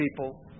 people